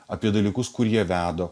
apie dalykus kurie vedo